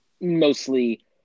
Mostly